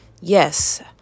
Yes